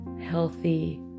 healthy